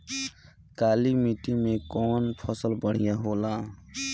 काली माटी मै कवन फसल बढ़िया होला?